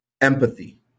empathy